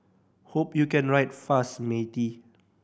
hope you can write fast matey